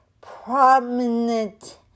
prominent